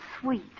sweet